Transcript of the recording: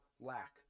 lack